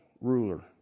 ruler